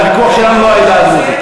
הוויכוח שלנו הוא לא על העדה הדרוזית.